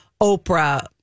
Oprah